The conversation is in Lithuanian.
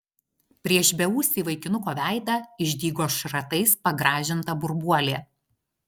prieš beūsį vaikinuko veidą išdygo šratais pagrąžinta burbuolė